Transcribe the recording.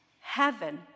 heaven